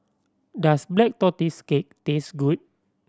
does Black Tortoise Cake taste good